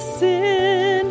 sin